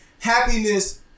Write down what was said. happiness